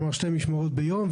כלומר שתי משמרות ביום,